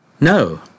No